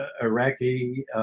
Iraqi